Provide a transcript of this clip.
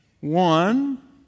one